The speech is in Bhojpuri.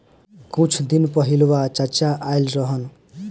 कुछ दिन पहिलवा चाचा आइल रहन